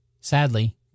Sadly